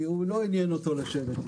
כי הוא לא עניין אותו לשבת איתנו.